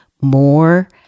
more